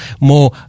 more